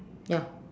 ya